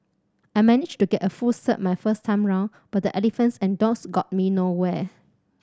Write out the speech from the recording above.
I managed to get a full cert my first time round but the Elephants and Dogs got me nowhere